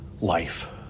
life